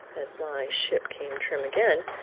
as my ship came trim again,